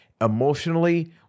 Emotionally